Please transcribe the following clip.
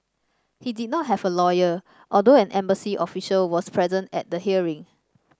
he did not have a lawyer although an embassy official was present at the hearing